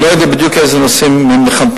אני לא יודע בדיוק לאיזה נושאים מכוונים,